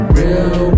real